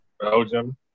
Belgium